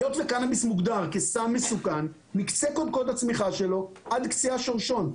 היות וקנאביס מוגדר כסם מסוכן מקצה קודקוד הצמיחה שלו עד קצה השורשון,